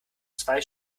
zwei